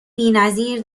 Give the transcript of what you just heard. بینظیر